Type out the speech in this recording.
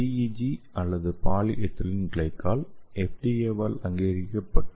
PEG அல்லது polyethylene glycol FDA வால் அங்கீகரிக்கப்பட்டுள்ளது